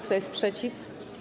Kto jest przeciw?